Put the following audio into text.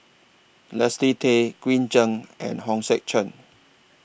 Leslie Tay Green Zeng and Hong Sek Chern